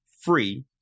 free